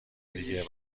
دیگه